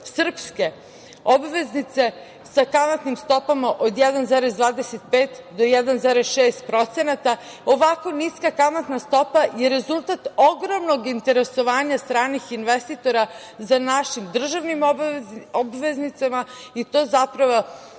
srpske obveznice sa kamatnim stopama od 1,25% do 1,6%, i ovako niska kamatna stopa je rezultat ogromnog interesovanja stranih investitora za našim državnim obveznicama i to zapravo